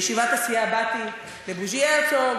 בישיבת הסיעה באתי לבוז'י הרצוג,